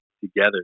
together